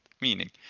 meaning